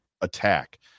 attack